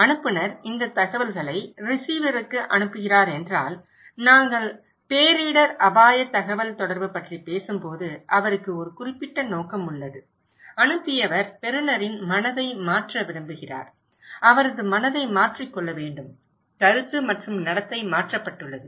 அனுப்புநர் இந்த தகவல்களை ரிசீவருக்கு அனுப்புகிறார் என்றால் நாங்கள் பேரிடர் அபாய தகவல்தொடர்பு பற்றி பேசும்போது அவருக்கு ஒரு குறிப்பிட்ட நோக்கம் உள்ளது அனுப்பியவர் பெறுநரின் மனதை மாற்ற விரும்புகிறார் அவரது மனதை மாற்றிக்கொள்ள வேண்டும் கருத்து மற்றும் நடத்தை மாற்றப்பட்டுள்ளது